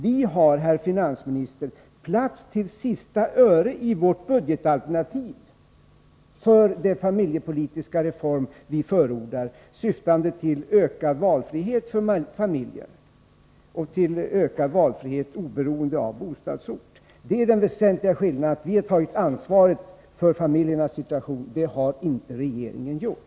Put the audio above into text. Vi har, herr finansminister, plats till sista öret i vårt budgetalternativ för den familjepolitiska reform som vi förordar, syftande till ökad valfrihet för familjerna oberoende av bostadsort. Det är den väsentliga skillnaden. Vi tar ansvaret för att förbättra barnfamiljernas situation. Det har inte regeringen gjort.